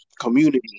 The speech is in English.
Community